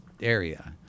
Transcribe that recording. area